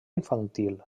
infantil